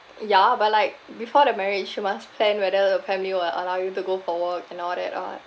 ya but like before the marriage you must plan whether the family will allow you to go for work and all that or like